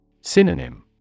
Synonym